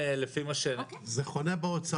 זה חונה באוצר